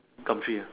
Gumtree ah